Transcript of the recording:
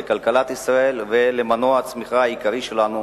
לכלכלת ישראל ולמנוע הצמיחה העיקרי שלנו,